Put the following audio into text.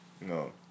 No